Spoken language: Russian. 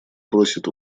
просит